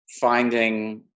finding